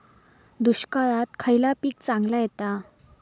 दुष्काळात खयला पीक चांगला येता?